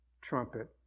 trumpet